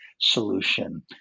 solution